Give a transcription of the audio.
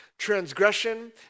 Transgression